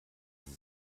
sie